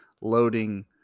loading